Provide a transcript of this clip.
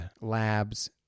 labs